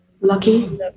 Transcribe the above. Lucky